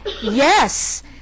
yes